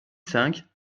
cinq